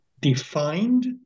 defined